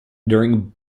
during